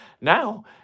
Now